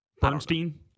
Bernstein